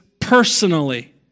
personally